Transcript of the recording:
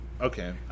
okay